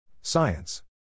Science